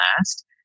last